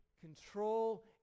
control